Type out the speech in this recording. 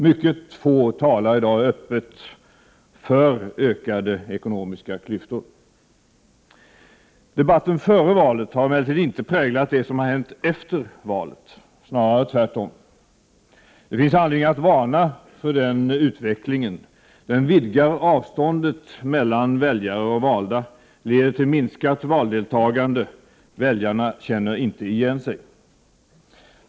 Mycket få talar i dag öppet för ökade ekonomiska klyftor. Debatten före valet har emellertid inte präglat det som hänt efter valet. Snarare tvärtom. Det finns anledning att varna för den utvecklingen. Den vidgar avståndet mellan väljare och valda, leder till minskat valdeltagande. Väljarna känner inte igen sig.